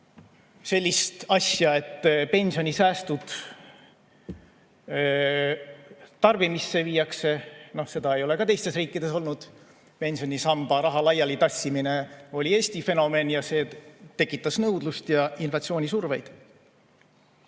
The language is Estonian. sellist asja, et pensionisäästud tarbimisse viiakse, ei ole teistes riikides olnud. Pensionisamba raha laialitassimine oli Eesti fenomen ja see tekitas nõudlust ja inflatsioonisurvet.